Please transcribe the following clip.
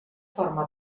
forma